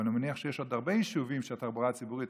אבל אני מניח שיש עוד הרבה יישובים שהתחבורה הציבורית,